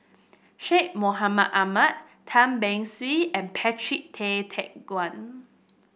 Syed Mohamed Ahmed Tan Beng Swee and Patrick Tay Teck Guan